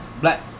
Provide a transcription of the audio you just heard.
black